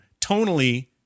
tonally